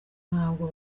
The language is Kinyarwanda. ntabwo